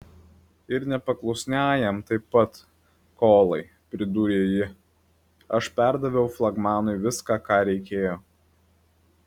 ir nepaklusniajam taip pat kolai pridūrė ji aš perdaviau flagmanui viską ką reikėjo